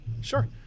Sure